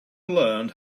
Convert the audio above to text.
learned